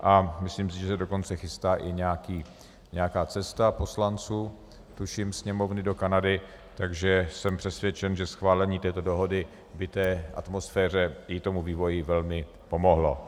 A myslím si, že se dokonce chystá i nějaká cesta poslanců, tuším, Sněmovny do Kanady, takže jsem přesvědčen, že schválení této dohody by té atmosféře i vývoji velmi pomohlo.